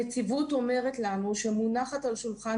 הנציבות אומרת לנו שמונחת על שולחן